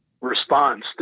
response